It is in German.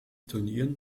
turnieren